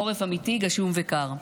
חורף אמיתי גשום וקר.